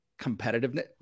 competitiveness